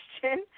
question